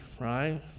right